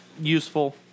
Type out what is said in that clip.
useful